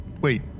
wait